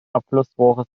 abflussrohre